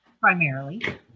primarily